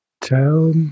tell